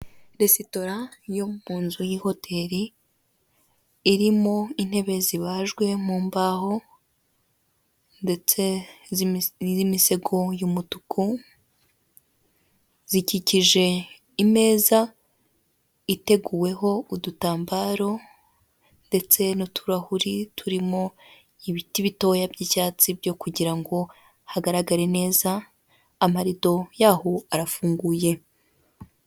Resitora yo mu nzu y'ihoteli iririmo intebe zibajwe mu mbaho ndetse n'imisego y'umutuku, zikikije imeza iteguweho udutambaro ndetse n'uturahuri turimo ibiti bitoya by'icyatsi byo kugira ngo hagaragare neza, amarido yaho arafunguye.